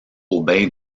aubin